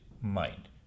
Mind